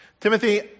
Timothy